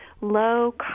low